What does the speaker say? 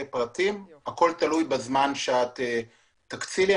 הכול תלוי בזמן שתקצי לי,